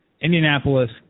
Indianapolis